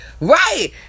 Right